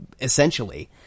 essentially